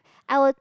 I will